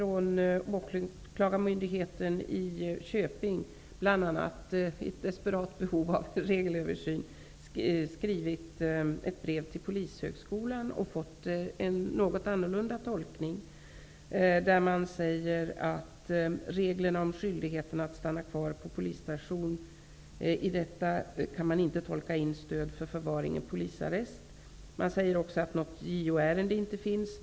Åklagarmyndigheten i Köping har i ett desperat behov av en regelöversyn skrivit ett brev till Polishögskolan, där man har gjort en något annorlunda tolkning. Enligt Polishögskolan kan man kan inte tolka in ett stöd för förvaring i polisarrest i reglerna om skyldigheterna att stanna kvar på polisstationen. Vidare säger man: ''Några JO-ärenden finns inte.